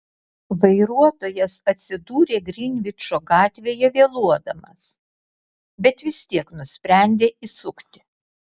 vairuotojas atsidūrė grinvičo gatvėje vėluodamas bet vis tiek nusprendė įsukti